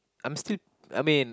I'm still I mean